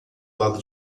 lado